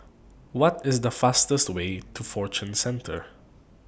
What IS The fastest Way to Fortune Centre